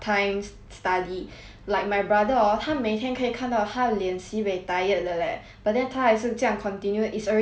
like my brother orh 他每天可以看到他的脸 sibei tired 的 leh but then 他还是这样 continued it's already his last year already eh